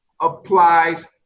applies